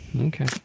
Okay